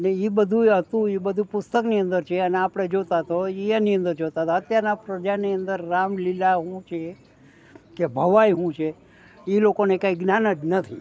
અને એ બધું હતું એ પુસ્તકની અંદર છે અને આપણે જોતાં તોય એની અંદર જોતાં હતા અત્યારના પ્રજાની અંદર રામલીલા શું છે કે ભવાઇ શું છે ઇ લોકોને કશું જ્ઞાન જ નથી